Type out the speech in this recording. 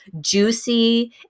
juicy